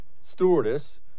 stewardess